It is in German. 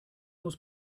muss